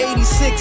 86